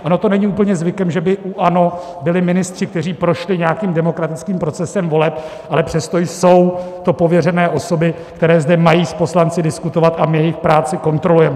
Ono to není úplně zvykem, že by u ANO byli ministři, kteří prošli nějakým demokratickým procesem voleb, ale přesto jsou to pověřené osoby, které zde mají s poslanci diskutovat, a my jejich práci kontrolujeme.